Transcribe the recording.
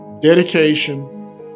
dedication